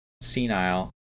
senile